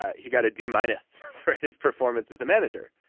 ah he got a d-minus for his performance as a manager,